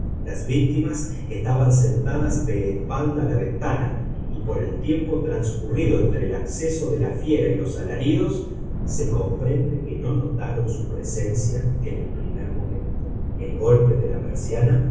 las víctimas estaban sentadas de espaldas a la ventana y por el tiempo transcurrido entre el acceso de la fiera y los alaridos se comprende que no notaron su presencia en el primer momento el golpe de la persiana